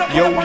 yo